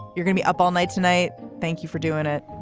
you're gonna be up all night tonight. thank you for doing it.